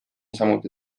samuti